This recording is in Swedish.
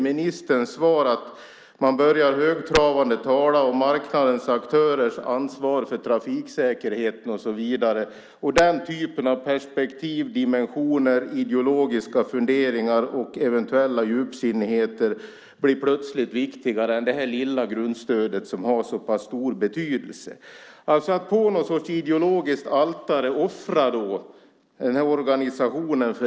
Ministerns svar började högtravande om marknadens aktörers ansvar för trafiksäkerheten och så vidare. Den typen av perspektiv, dimensioner, ideologiska funderingar och eventuella djupsinnigheter blir plötsligt viktigare än det lilla grundstödet som har så pass stor betydelse. På någon sorts ideologiskt altare offras organisationen.